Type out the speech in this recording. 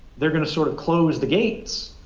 they're going to sort of close the gates.